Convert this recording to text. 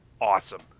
awesome